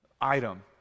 item